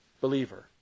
believer